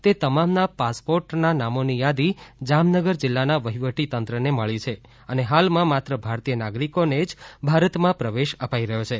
તે તમામના પાસપોર્ટના નામોની યાદી જામનગર જિલ્લાના વહિવટી તંત્રને મળી છે અને હાલમાં માત્ર ભારતીય નાગરિકોને જ ભારતમાં પ્રવેશ અપાઇ રહ્યો છે